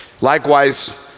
Likewise